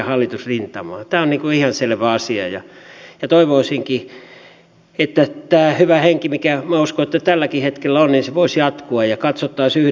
tämä on ihan selvä asia ja toivoisinkin että tämä hyvä henki mikä minä uskon tälläkin hetkellä on voisi jatkua ja katsottaisiin yhdessä näitä asioita